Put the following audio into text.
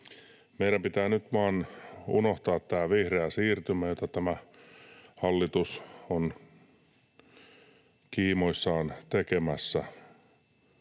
Meidän pitää nyt vain unohtaa tämä vihreä siirtymä, jota tämä hallitus on kiimoissaan tekemässä,